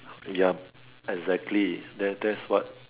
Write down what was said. yup exactly that that's what